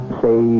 say